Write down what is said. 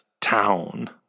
town